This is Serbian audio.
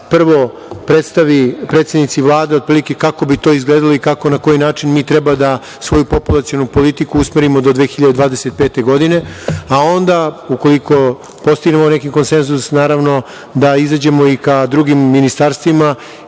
prvo predstavi predsednici Vlade kako bi to otprilike izgledalo i kako i na koji način mi treba da svoju populacionu politiku usmerimo do 2025. godine, a onda, ukoliko postignemo neki konsenzus, naravno da izađemo i ka drugim ministarstvima